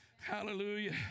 hallelujah